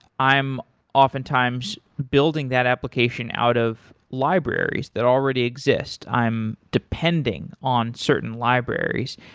i am oftentimes building that application out of libraries that already exist. i'm depending on certain libraries.